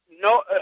no